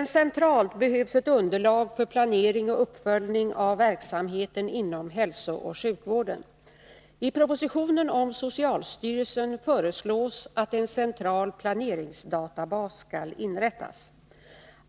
Även centralt behövs ett underlag för planering och uppföljning av verksamheten inom hälsooch sjukvården. I propositionen om socialstyrelsen föreslås att en central planeringsdatabas skall inrättas.